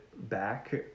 back